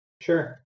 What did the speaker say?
Sure